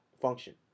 function